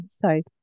Sorry